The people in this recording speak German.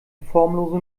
formlose